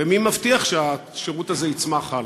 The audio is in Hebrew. ומי מבטיח שהשירות הזה יצמח הלאה?